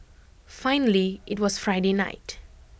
finally IT was Friday night